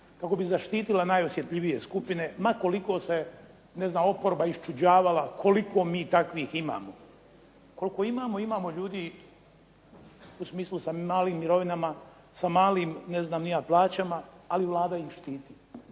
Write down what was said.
kako bi zaštitila najosjetljivije skupine, ma koliko se ne znam oporba iščuđavala koliko mi takvih imamo. Koliko imamo imamo ljudi u smislu sa malim mirovinama, sa malim ne znam ni ja plaćama, ali Vlada ih štiti.